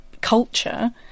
culture